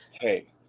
Hey